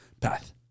path